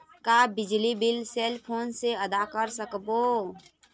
का बिजली bill cell phone से आदा कर सकबो?